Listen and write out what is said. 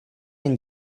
and